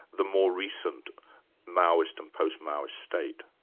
the more recent maoist and post-maoist state?